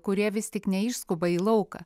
kurie vis tik neišskuba į lauką